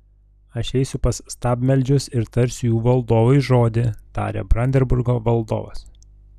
aš eisiu pas stabmeldžius ir tarsiu jų valdovui žodį tarė brandenburgo valdovas